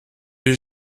les